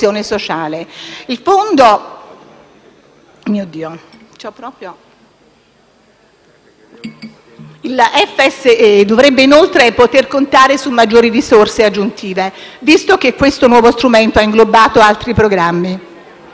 europeo dovrebbe inoltre poter contare su maggiori risorse aggiuntive, visto che questo nuovo strumento ha inglobato altri programmi,